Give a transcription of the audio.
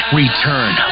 return